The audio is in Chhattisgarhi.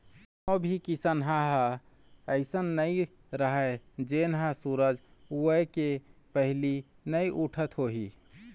कोनो भी किसनहा ह अइसन नइ राहय जेन ह सूरज उए के पहिली नइ उठत होही